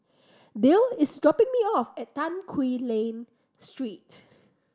Dayle is dropping me off at Tan Quee Lan Street